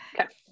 okay